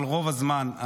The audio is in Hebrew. אבל רוב הזמן,